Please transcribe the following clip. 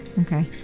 Okay